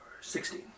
Sixteen